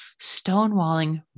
stonewalling